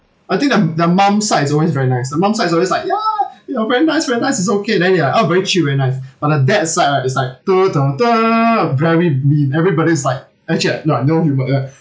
I think the m~ the mum side is always very nice the mum side is always like ya ya very nice very nice is okay then you're like oh very chill very nice but the dad side right is like very mean everybody is like actually right like no humour ya